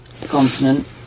continent